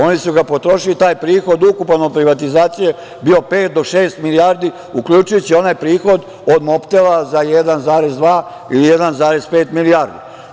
Oni su potrošili taj prihod ukupan od privatizacije, pet do šest milijardi, uključujući i onaj prihod od "Mobtela" za 1,2 ili 1,5 milijardi.